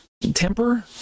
Temper